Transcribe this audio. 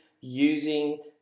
using